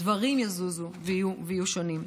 דברים יזוזו ויהיו שונים.